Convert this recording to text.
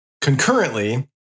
concurrently